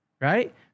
right